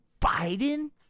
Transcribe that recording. Biden